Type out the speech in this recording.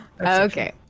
Okay